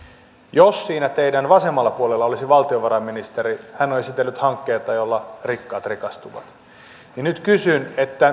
jos siinä teidän vasemmalla puolellanne olisi valtiovarainministeri hän olisi esitellyt hankkeita joilla rikkaat rikastuvat nyt kysyn